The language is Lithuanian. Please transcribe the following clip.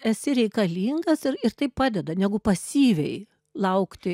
esi reikalingas ir ir tai padeda negu pasyviai laukti